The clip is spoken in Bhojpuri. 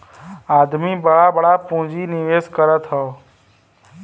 आदमी बड़ा बड़ा पुँजी निवेस करत हौ